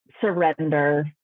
surrender